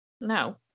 No